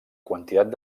quantitat